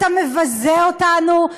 אתה מבזה אותנו,